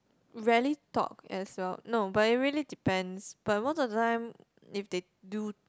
rarely talk as well no but it really depends but most of the time if they do